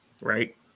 Right